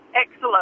Excellent